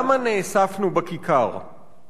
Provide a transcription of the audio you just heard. למה נאספנו בכיכר?//